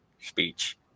speech